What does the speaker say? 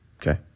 Okay